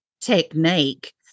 technique